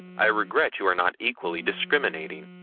i regret you are not equally discriminating.